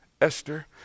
Esther